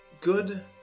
Good